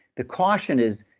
the question is,